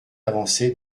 avancée